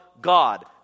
God